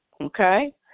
Okay